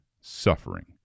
suffering